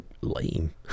lame